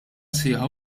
sħiħa